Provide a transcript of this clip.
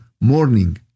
morning